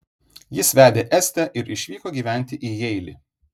jis vedė estę ir išvyko gyventi į jeilį